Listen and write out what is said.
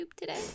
today